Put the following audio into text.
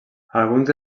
alguns